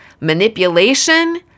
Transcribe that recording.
manipulation